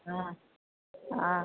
ହଁ ହଁ